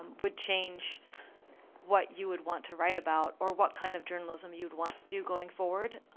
would change what you would want to write about or what kind of journalism you'd want to do going forward,